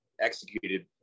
executed